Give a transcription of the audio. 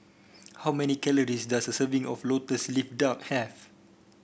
how many calories does a serving of lotus leaf duck have